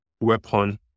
weapon